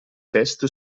test